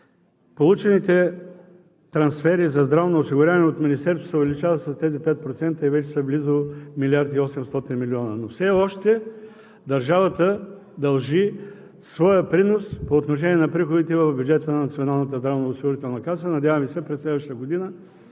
получените трансфери за здравно осигуряване от Министерството се увеличават с тези 5% и вече са близо милиард 800 милиона, но все още държавата дължи своя принос по отношение на приходите в бюджета на Националната здравноосигурителна каса. Надяваме се, през следващата година